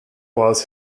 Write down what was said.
was